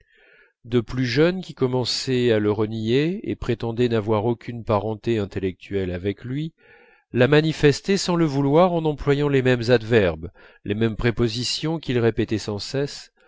de plus jeunes qui commençaient à le renier et prétendaient n'avoir aucune parenté intellectuelle avec lui la manifestaient sans le vouloir en employant les mêmes adverbes les mêmes prépositions qu'il répétait sans cesse